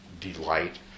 delight